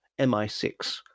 MI6